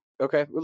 Okay